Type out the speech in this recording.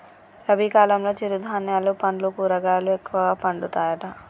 రబీ కాలంలో చిరు ధాన్యాలు పండ్లు కూరగాయలు ఎక్కువ పండుతాయట